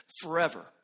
forever